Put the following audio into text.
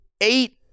eight